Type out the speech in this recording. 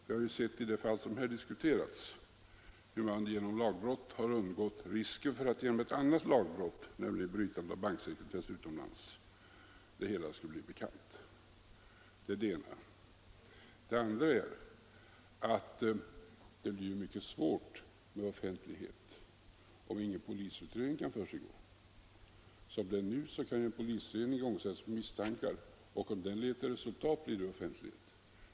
Det har vi sett i det fall som här har diskuterats, där man genom lagbrott har velat undvika risken för att penninggåvan genom ett annat lagbrott, nämligen brytande av banksekretessen utomlands, skulle bli bekant. Det är det ena. Det andra är att det blir mycket svårt med offentligheten, om ingen polisutredning kan företas. Som nu är kan ju en polisutredning igångsättas på misstankar, och om den leder till resultat blir det offent lighet.